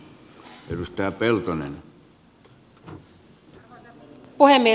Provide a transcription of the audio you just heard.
arvoisa puhemies